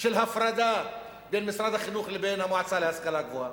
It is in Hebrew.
של הפרדה בין משרד החינוך לבין המועצה להשכלה גבוהה.